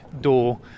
door